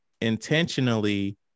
intentionally